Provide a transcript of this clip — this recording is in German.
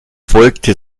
folgte